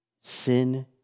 Sin